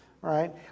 right